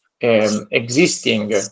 existing